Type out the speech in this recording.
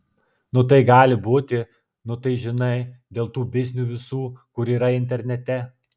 nu tai gali būti nu tai žinai dėl tų biznių visų kur yra internete